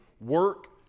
Work